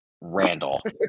Randall